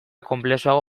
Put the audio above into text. konplexuago